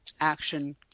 action